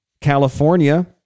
California